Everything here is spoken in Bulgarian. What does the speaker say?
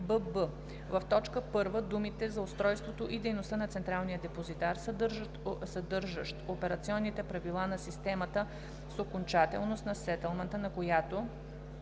в т. 1 думите „за устройството и дейността на Централния депозитар, съдържащ операционните правила на системата с окончателност на сетълмента, на която